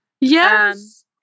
Yes